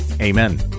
Amen